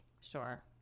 Sure